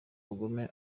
ubugome